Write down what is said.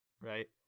right